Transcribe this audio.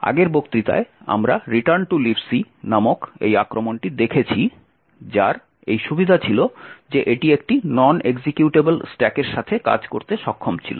আগের বক্তৃতায় আমরা 'রিটার্ন টু লিব সি' নামক এই আক্রমণটি দেখেছি যার এই সুবিধা ছিল যে এটি একটি একটি নন এক্সিকিউটেবল স্ট্যাকের সাথে কাজ করতে সক্ষম ছিল